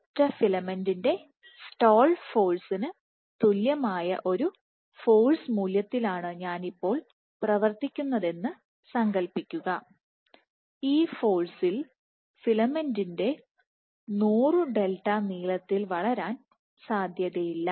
ഒരൊറ്റ ഫിലമെന്റിന്റെ സ്റ്റാൾ ഫോഴ്സിന് തുല്യമായ ഒരു ഫോഴ്സ് മൂല്യത്തിലാണ് ഞാൻ ഇപ്പോൾ പ്രവർത്തിക്കുന്നതെന്ന് സങ്കൽപ്പിക്കുക ഈ ഫോഴ്സിൽ ഫിലമെന്റ് 100 ഡെൽറ്റ നീളത്തിൽ വളരാൻ സാധ്യതയില്ല